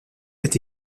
est